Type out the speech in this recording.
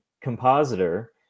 compositor